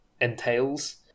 entails